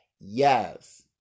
Yes